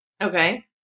Okay